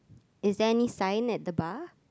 is there any sign at the bar